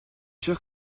sûr